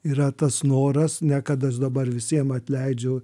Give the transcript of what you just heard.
yra tas noras ne kad aš dabar visiem atleidžiu